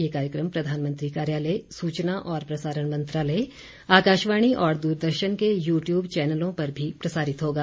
यह कार्यक्रम प्रधानमंत्री कार्यालय सूचना और प्रसारण मंत्रालय आकाशवाणी तथा द्ररदर्शन के यूट्यूब चैनलों पर भी प्रसारित होगा